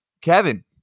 Kevin